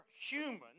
human